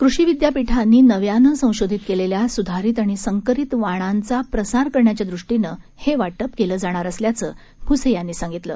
कृषी विद्यापीठांनी नव्यानं संशोधित केलेल्या सुधारित आणि संकरित वाणांचा प्रसार करण्याच्यादृष्टीनं हे वाटप केलं जाणार असल्याचं भुसे यांनी सांगितलं